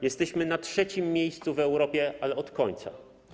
Jesteśmy na trzecim miejscu w Europie, ale od końca.